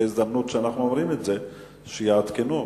שיעדכנו.